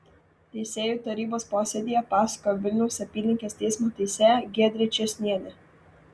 teisėjų tarybos posėdyje pasakojo vilniaus apylinkės teismo teisėja giedrė čėsnienė